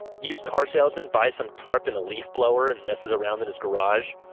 used car salesman by some tarp and a leaf blower and messes around in his garage?